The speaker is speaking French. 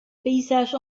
paysage